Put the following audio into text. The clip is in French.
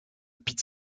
pete